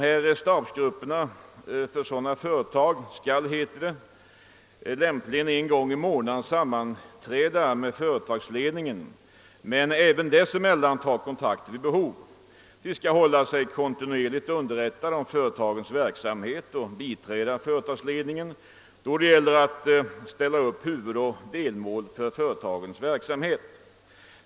Stabsgrupperna för sådana företag skall, heter det, lämpligen en gång i månaden sammanträda med företagsledningen, men även dessemellan bör de ta kontakter vid behov. De skall hålla sig kontinuerligt underrättade om företagets verksamhet och biträda företagsledningen då det gäller att ställa upp huvudoch delmål för företagets verksamhet.